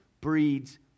breeds